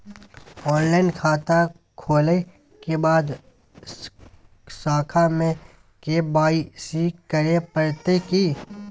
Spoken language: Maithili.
ऑनलाइन खाता खोलै के बाद शाखा में के.वाई.सी करे परतै की?